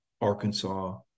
Arkansas